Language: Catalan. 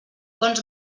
bons